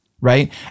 right